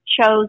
chose